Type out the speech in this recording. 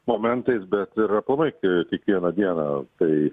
momentais bet ir aplamai e kiekvieną dieną tai